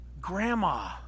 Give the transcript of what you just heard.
Grandma